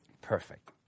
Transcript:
Perfect